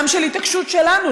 גם של התעקשות שלנו,